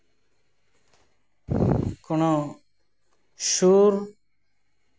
ᱠᱳᱱᱳ ᱥᱩᱨ